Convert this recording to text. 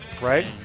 Right